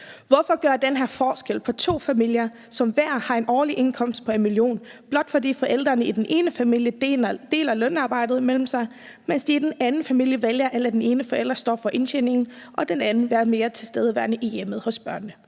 Hvorfor gøre den her forskel på to familier, som hver har en årlig indkomst på 1 mio. kr., blot fordi forældrene i den ene familie deler lønarbejdet imellem sig, mens de i den anden familie vælger at lade den ene forælder stå for indtjeningen og den anden være mere tilstedeværende i hjemmet hos børnene?